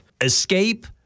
Escape